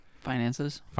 finances